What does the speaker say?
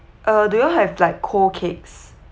uh do you all have like cold cakes